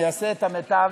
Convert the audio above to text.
שאני אעשה את המיטב